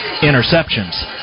interceptions